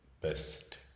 best